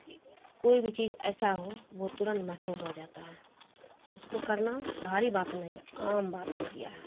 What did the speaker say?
کوئی بھی چیز ایسا ہو وہ ترنت مشہور ہو جاتا ہے اس کو کرنا بھاری بات نہیں عام بات ہو گیا ہے